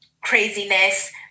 craziness